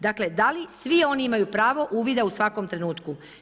Dakle, da li svi oni imaju pravo uvida u svakom trenutku?